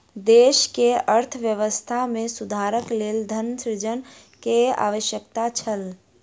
देश के अर्थव्यवस्था में सुधारक लेल धन सृजन के आवश्यकता छल